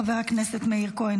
חבר הכנסת מאיר כהן,